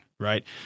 Right